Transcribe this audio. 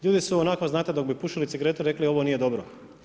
Ljudi su onako znate dok bi pušili cigaretu, rekli, ovo nije dobro.